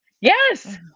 yes